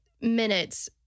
minutes